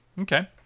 Okay